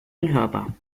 unhörbar